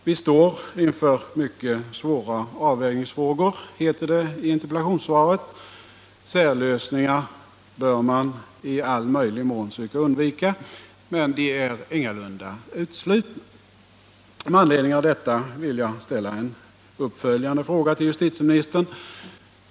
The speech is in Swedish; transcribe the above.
Vi står inför mycket svåra avvägningsfrågor, heter det i interpellationssvaret. Särlösningar bör man i all möjlig mån söka undvika, men de är ingalunda uteslutna. Med anledning av detta vill jag ställa en uppföljande fråga till justitieministern.